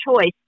choice